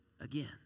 again